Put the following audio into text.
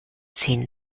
ziehen